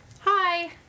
Hi